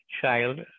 child